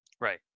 Right